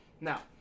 now